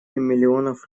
миллионов